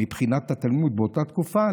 מבחינת התלמוד באותה תקופה,